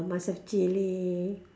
must have chilli